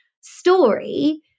story